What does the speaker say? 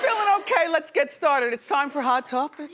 okay. let's get started. it's time for hot topics.